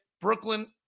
Brooklyn